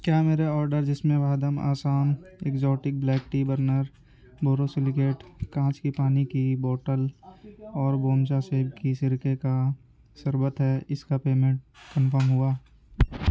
کیا میرے آرڈر جس میں Vahdam Assam exotic black tea burner borosilicate کانچ کی پانی کی بوٹل اور بومچا سیب کے سرکے کا شربت ہے اس کا پیمنٹ کنفرم ہوا